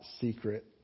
secret